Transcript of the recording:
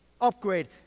upgrade